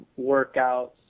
workouts